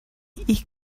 ich